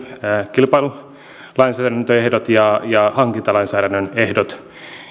kilpailulainsäädännön ehdot ja ja hankintalainsäädännön ehdot